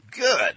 Good